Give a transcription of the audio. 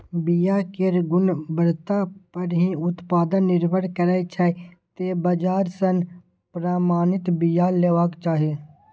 बिया केर गुणवत्ता पर ही उत्पादन निर्भर करै छै, तें बाजार सं प्रमाणित बिया लेबाक चाही